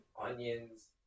onions